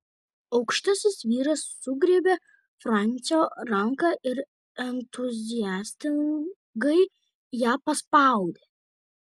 aukštasis vyras sugriebė francio ranką ir entuziastingai ją paspaudė